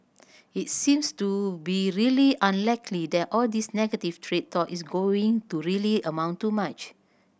it seems to be really unlikely that all this negative trade talk is going to really amount to much